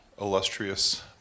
illustrious